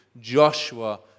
Joshua